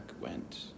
went